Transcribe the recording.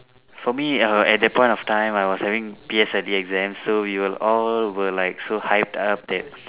for me uh at that point of time I was having P_S_L_E exams so we were all were like so hyped up that